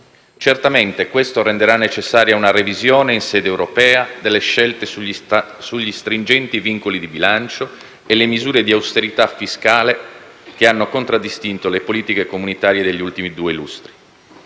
Certamente questo renderà necessaria una revisione in sede europea delle scelte sugli stringenti vincoli di bilancio e le misure di austerità fiscale che hanno contraddistinto le politiche comunitarie degli ultimi due lustri.